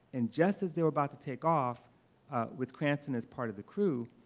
and just as they were about to take off with cranston as part of the crew,